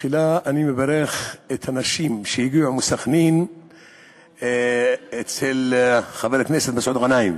תחילה אני מברך את הנשים שהגיעו מסח'נין לחבר הכנסת מסעוד גנאים,